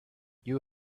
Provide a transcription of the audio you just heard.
you